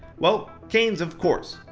well, kayn's of course,